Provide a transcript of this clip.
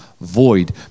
void